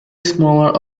smaller